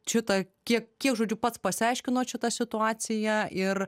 čia tą kiek kiek žodžiu pats pasiaiškino čia tą situaciją ir